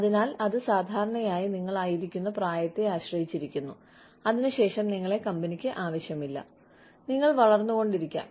അതിനാൽ അത് സാധാരണയായി നിങ്ങൾ ആയിരിക്കുന്ന പ്രായത്തെ ആശ്രയിച്ചിരിക്കുന്നു അതിനുശേഷം നിങ്ങളെ കമ്പനിക്ക് ആവശ്യമില്ല നിങ്ങൾ വളർന്നു കൊണ്ടിരിക്കാം